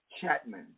Chapman